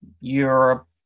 Europe